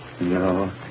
No